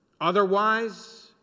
Otherwise